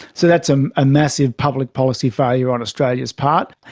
so that's um a massive public policy failure on australia's part.